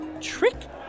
trick